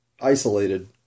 isolated